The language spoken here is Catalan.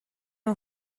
ben